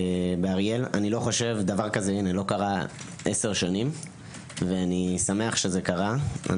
באריאל אני לא חושב שדבר כזה קרה עשר שנים ואני שמח שזה קרה.